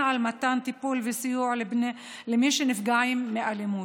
על מתן טיפול וסיוע למי שנפגעים מאלימות.